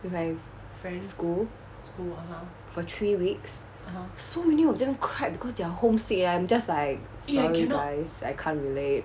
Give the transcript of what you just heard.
with my school for three weeks so many of them cried because they are homesick leh I'm just like sorry guys I can't relate